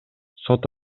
сот